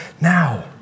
now